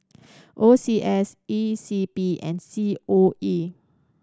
O C S E C P and C O E